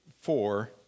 four